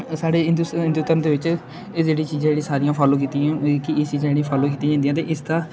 ते साढ़े हिंदू स हिंदू धरम दे बिच्च एह् जेह्ड़ियां चीजां जेह्ड़ी सारियां फालो कीतियां मतलब कि एह् चीजां जेह्ड़ी फालो कीतियां जंदियां ते इसदा